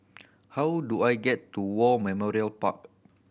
how do I get to War Memorial Park